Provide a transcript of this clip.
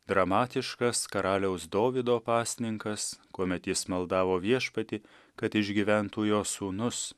dramatiškas karaliaus dovydo pasninkas kuomet jis maldavo viešpatį kad išgyventų jo sūnus